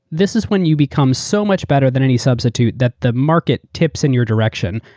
this is when you become so much better than any substitute that the market tips in your direction,